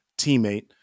teammate